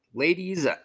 Ladies